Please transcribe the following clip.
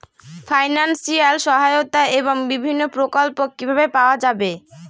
Financial সহায়তা এবং বিভিন্ন প্রকল্প কিভাবে পাওয়া যাবে?